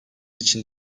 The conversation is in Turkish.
için